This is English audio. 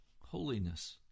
holiness